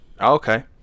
Okay